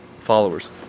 followers